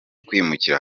kwimukira